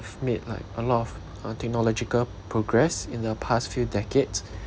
made like a lot of uh technological progress in the past few decades